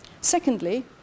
Secondly